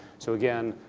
so again,